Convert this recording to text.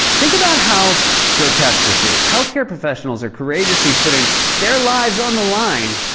think about how grotesque this is. health care professionals are courageously putting their lives on the line,